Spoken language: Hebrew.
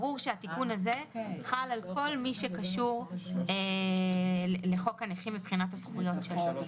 ברור שהתיקון הזה חל על כל מי שקשור לחוק הנכים מבחינת הזכויות שלו.